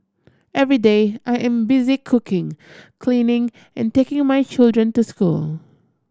every day I am busy cooking cleaning and taking my children to school